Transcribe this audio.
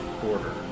border